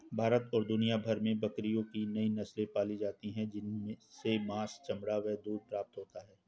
भारत और दुनिया भर में बकरियों की कई नस्ले पाली जाती हैं जिनसे मांस, चमड़ा व दूध प्राप्त होता है